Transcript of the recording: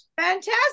Fantastic